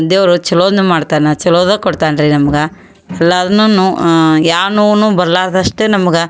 ದೇವರು ಚೊಲೋದನ್ನೆ ಮಾಡ್ತಾನೆ ಚೊಲೋದು ಕೊಡ್ತಾನೆ ರೀ ನಮ್ಗೆ ಎಲ್ಲದ್ನು ಯಾವ ನೋವೂ ಬರಲಾರ್ದಷ್ಟೇ ನಮಗೆ